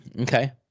Okay